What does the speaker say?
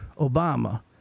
Obama